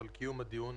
על קיום הדיון.